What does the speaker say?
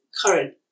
current